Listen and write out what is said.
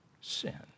sin